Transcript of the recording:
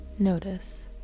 Notice